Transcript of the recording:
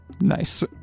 Nice